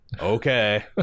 okay